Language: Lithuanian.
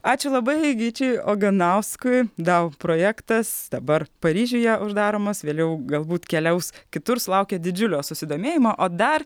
ačiū labai gyčiui oganauskui dau projektas dabar paryžiuje uždaromas vėliau galbūt keliaus kitur sulaukė didžiulio susidomėjimo o dar